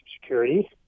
security